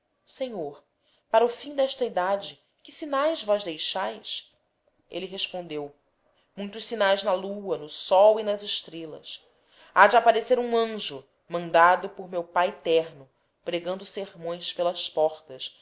senhor para o fim desta edade que signaes vós deixaes elle respondeu muitos signaes na lua no sol e nas estrellas hade apparecer um anjo mandado por meu pae terno pregando sermão pelas portas